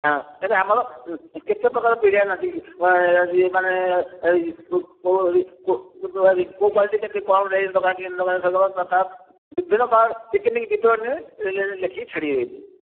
ହଁ ହେଲେ ଆମର କେତେ ପ୍ରକାର ବିରିୟାନୀ ଅଛି ମାନେକୋଉ କ୍ୱାଲିଟି କେତେ କ'ଣ ବିଭିନ୍ନ ପ୍ରକାର ପିକନିକ୍ ବିବରଣୀରେ ଲେଖିକି ଛାଡ଼ି